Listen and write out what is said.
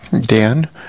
Dan